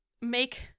make